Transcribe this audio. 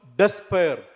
despair